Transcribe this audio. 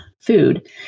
food